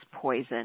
poison